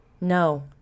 No